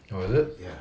oh is it